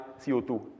CO2